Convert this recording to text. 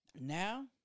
now